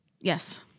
Yes